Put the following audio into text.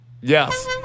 Yes